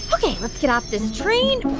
ok, let's get off this train.